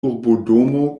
urbodomo